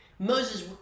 Moses